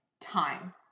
Time